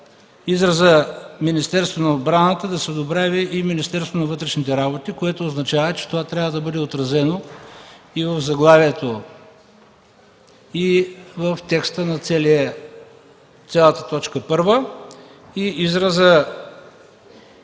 израза „Министерството на отбраната” да се добави и „Министерството на вътрешните работи”, което означава това да бъде отразено и в заглавието, и в текста на цялата точка първа.